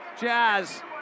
Jazz